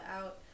out